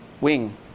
wing